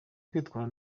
kwitwara